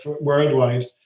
worldwide